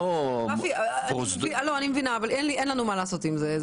אני מבינה אבל אין לנו מה לעשות עם זה.